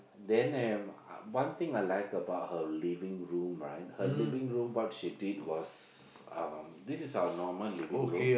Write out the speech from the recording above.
then am one thing I like about her living room right her living room what she did was um this is our normal living room